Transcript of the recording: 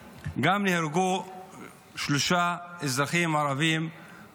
גם בחמשת הימים האחרונים נהרגו שלושה אזרחים ערבים בכפרים: